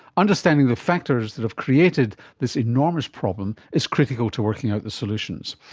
understanding the factors that have created this enormous problem is critical to working out the solutions.